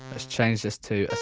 let's change this to